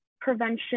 prevention